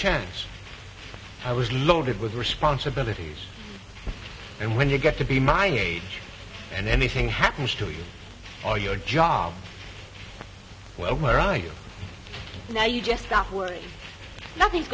chance i was loaded with responsibilities and when you get to be my age and anything happens to you or your job well right now you just stop worrying nothing's